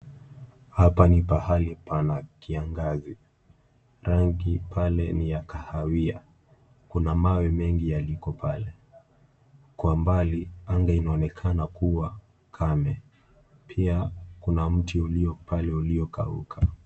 Hapa ni pahali pana kiangazi. Rangi pale ni ya kahawia. Kuna mawe mengi yaliko pale, kwa umbali anga inaonekana kuwa kame. Pia kuna mti ulio pale uliokauka.